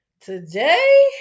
Today